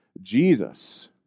Jesus